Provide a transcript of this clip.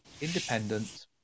independent